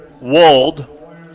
Wold